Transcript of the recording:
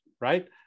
right